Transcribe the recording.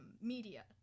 media